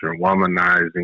womanizing